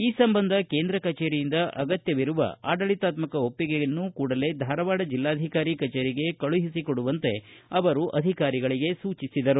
ಈ ಸಂಬಂಧ ಕೇಂದ್ರ ಕಚೇರಿಯಿಂದ ಆಗತ್ಯವಿರುವ ಆಡಳಿತಾತ್ಮಕ ಒಪ್ಪಿಗೆಗಳನ್ನು ಕೂಡಲೇ ಧಾರವಾಡ ಜಿಲ್ಲಾಧಿಕಾರಿ ಕಜೇರಿಗೆ ಕಳುಹಿಸಿಕೊಡುವಂತೆ ಅವರು ತಿಳಿಸಿದರು